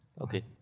Okay